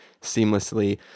seamlessly